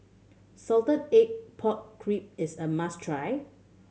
salted egg pork crib is a must try